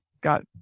got